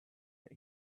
that